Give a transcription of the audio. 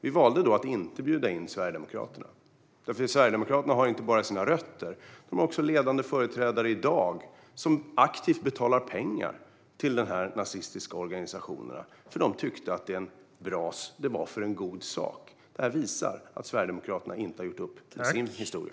Vi valde att inte bjuda in Sverigedemokraterna, för Sverigedemokraterna har inte bara sina rötter där utan även ledande företrädare i dag som aktivt betalar pengar till dessa nazistiska organisationer - därför att de tyckte att det var för en god sak. Det visar att Sverigedemokraterna inte har gjort upp med sin historia.